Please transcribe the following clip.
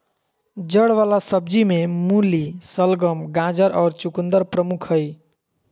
जड़ वला सब्जि में मूली, शलगम, गाजर और चकुंदर प्रमुख हइ